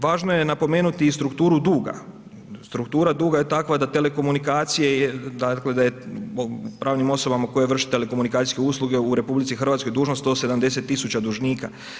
Važno je napomenuti i strukturu duga, struktura duga je takva da telekomunikacije, dakle da je, pravnim osobama koje vrše telekomunikacijske usluge u RH dužnost 170 tisuća dužnika.